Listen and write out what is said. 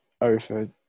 over